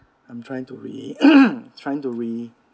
I'm trying to re~ trying to